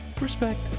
Respect